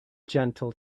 gentle